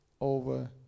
over